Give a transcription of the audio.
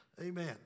Amen